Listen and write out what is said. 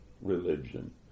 religion